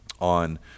on